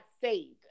saved